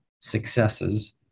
successes